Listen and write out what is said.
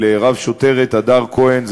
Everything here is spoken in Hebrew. של רב-שוטרת הדר כהן,